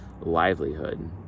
livelihood